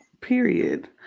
Period